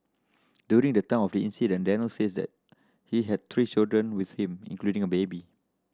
during the time of the incident Daniel says that he had three children with him including a baby